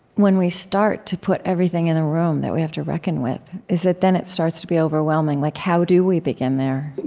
when we start to put everything in the room that we have to reckon with, is that then, it starts to be overwhelming like how do we begin there?